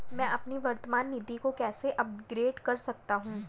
मैं अपनी वर्तमान नीति को कैसे अपग्रेड कर सकता हूँ?